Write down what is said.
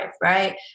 Right